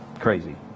crazy